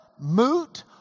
moot